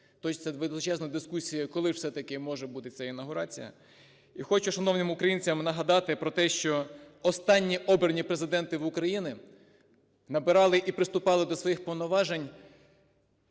точиться величезна дискусія, коли ж все-таки може бути ця інавгурація. І хочу шановним українцям нагадати про те, що останні обрані президенти України набирали і приступали до своїх повноважень,